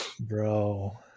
Bro